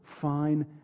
Fine